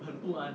很不安